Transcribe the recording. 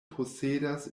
posedas